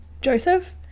joseph